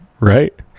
Right